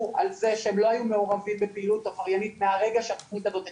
שהם לא היו מעורבים בפעילות עבריינית מהרגע שהתכנית הזאת התחילה.